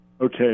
Okay